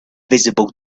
visible